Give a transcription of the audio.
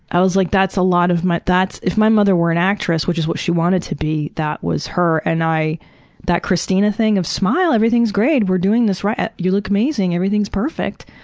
i was like that's a lot of my if my mother were an actress, which is what she wanted to be, that was her. and i that christina-thing of smile! everything's great. we're doing this right. you look amazing. everything's perfect.